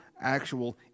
actual